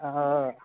ओ